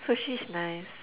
sushi is nice